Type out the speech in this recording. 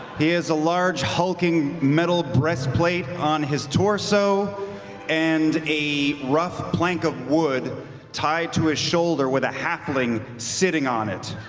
he has a large, hulking metal breastplate on his torso and a rough plank of wood tied to his shoulder with a halfling sitting on it.